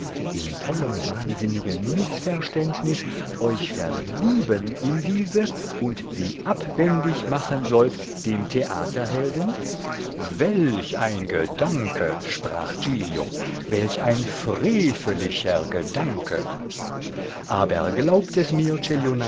in tollem wahnsinnigen mißverständnis euch verlieben in diese und sie abwendig machen sollt dem theaterhelden welch ein gedanke sprach giglio welch ein freveliger gedanke aber glaubt es mir